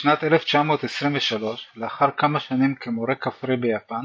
בשנת 1923, לאחר כמה שנים כמורה כפרי ביפן,